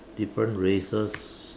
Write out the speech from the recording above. different races